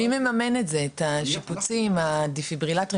מי ממן את השיפוצים, את הדפיברילטור?